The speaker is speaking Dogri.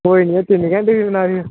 कोई नी तिन घैटे दी बनाई देओ